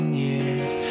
years